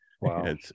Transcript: Wow